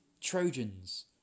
Trojans